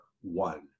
one